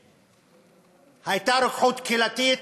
הייתה רוקחות קהילתית.